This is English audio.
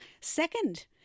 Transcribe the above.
Second